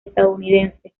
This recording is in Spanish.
estadounidense